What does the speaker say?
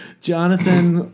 Jonathan